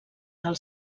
del